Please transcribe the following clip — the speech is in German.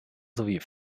sowie